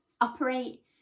operate